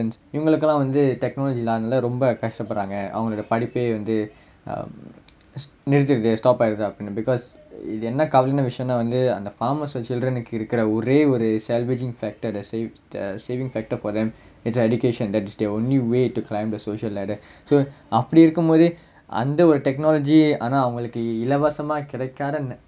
இவன்களுக்கேலாம் வந்து:ivangalukkelaam vanthu technology lane lah ரொம்ப கஷ்ட படுறாங்க அவங்களுடைய படிப்பே வந்து:romba kashta paduraanga avankaludaya padippae vanthu um நிறுத்திருது:niruthiruthu stop ஆகிருது அப்படின்னு:aagiruthu appdinnu because இது என்ன கவலையான விஷயம்னா வந்து அந்த:ithu enna kavalaiyaana vishayamnaa vanthu antha farmers ட:da children னுக்கு இருக்குற ஒரே ஒரு:nukku irukkura orae oru the saving factors for them is education that is their only way to climb the social ladder so அப்படி இருக்கும் போது அந்த ஒரு:appdi irukkum pothu antha oru technology ஆனா அவங்களுக்கு இலவசமா கிடைக்காத:aanaa avangalukku ilavasamaa kidaikkaatha